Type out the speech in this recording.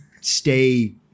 stay